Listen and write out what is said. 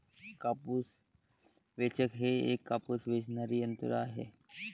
कापूस वेचक हे एक कापूस वेचणारे यंत्र आहे